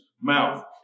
mouth